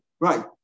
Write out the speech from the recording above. Right